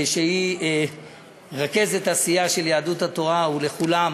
שהיא רכזת הסיעה של יהדות התורה, ולכולם,